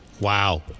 Wow